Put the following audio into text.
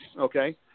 Okay